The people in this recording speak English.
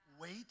Wait